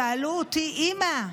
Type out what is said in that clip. שאלו אותי: אימא,